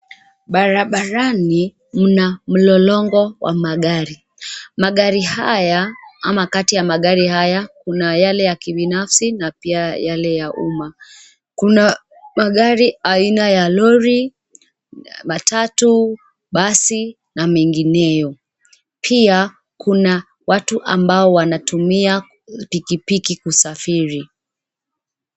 Barabarani, mna mlolongo wa magari, magari haya, ama kati ya magari haya, kuna yale ya kibinafsi na pia yale ya umma. Kuna, magari aina ya lori, matatu, basi na mengineyo. Pia, kuna watu ambao wanatumia pikipiki kusafiri.